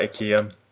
IKEA